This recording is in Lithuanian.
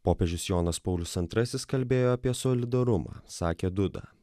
popiežius jonas paulius antrasis kalbėjo apie solidarumą sakė duda